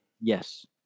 Yes